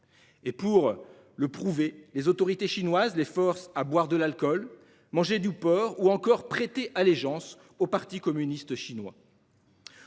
Et pour le prouver, les autorités chinoises forcent les détenus à boire de l'alcool, à manger du porc ou encore à prêter allégeance au parti communiste chinois.